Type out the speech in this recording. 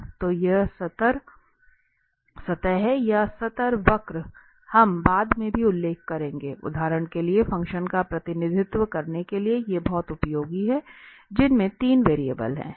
तो ये स्तर सतहें या स्तर वक्र हम बाद में भी उल्लेख करेंगे उदाहरण के लिए फंक्शन का प्रतिनिधित्व करने के लिए ये बहुत उपयोगी हैं जिनमें 3 वेरिएबल हैं